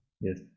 Yes